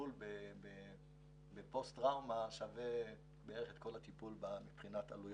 טיפול בפוסט טראומה שווה בערך את כל הטיפול מבחינת עלויות,